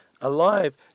alive